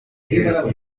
hair